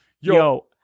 Yo